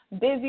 busy